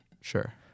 Sure